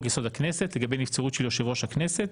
יסוד: הכנסת לגבי נבצרות של יושב ראש הכנסת,